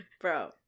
Bro